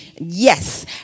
yes